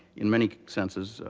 in many senses,